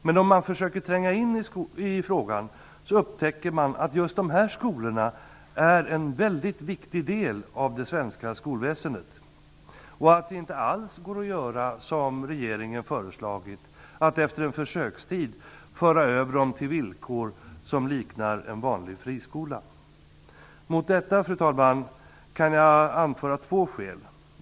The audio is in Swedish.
Men om man försöker tränga in i frågan så upptäcker man att just dessa skolor är en väldigt viktig del av det svenska skolväsendet och att det inte alls går att göra som regeringen föreslagit: att efter en försökstid ändra deras villkor till villkor som liknar en vanlig friskolas. Mot detta, fru talman, kan jag anföra två skäl.